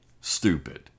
stupid